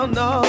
no